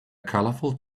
colorful